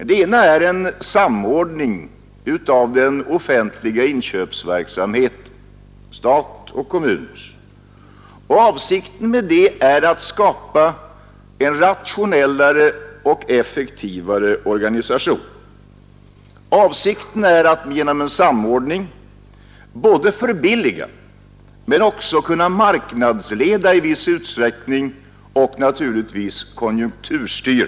Det ena är en samordning av den offentliga inköpsverksamheten, statens och kommunernas. Avsikten med en sådan samordning är att skapa en rationellare och effektivare organisation, men också att förbilliga och i viss utsträckning marknadsleda och naturligtvis även konjunkturstyra.